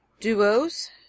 Duos